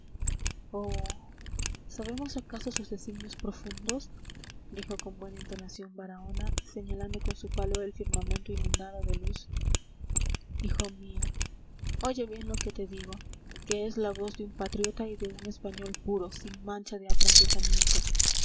sabemos acaso sus designios profundos dijo con buena entonación baraona señalando con su palo el firmamento inundado de luz hijo mío oye bien lo que te digo que es la voz de un patriota y de un español puro sin mancha de